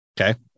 okay